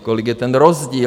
Kolik je ten rozdíl?